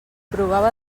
provava